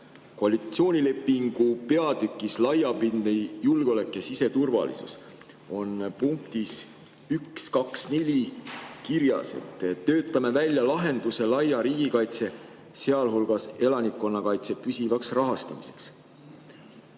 Koalitsioonilepingu peatükis "Laiapindne julgeolek ja siseturvalisus" on punktis 1.2.4 kirjas, et töötame välja lahenduse laia riigikaitse, sealhulgas elanikkonnakaitse püsivaks rahastamiseks.